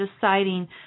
deciding